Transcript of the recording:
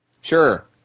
Sure